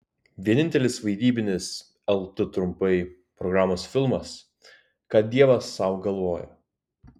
vienintelis vaidybinis lt trumpai programos filmas ką dievas sau galvoja